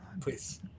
Please